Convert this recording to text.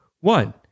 One